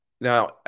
Now